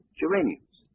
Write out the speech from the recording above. geraniums